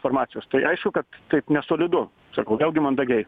informacijos tai aišku kad taip nesolidu sakau vėlgi mandagiai